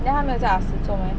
then 他没有叫 ah si 做 meh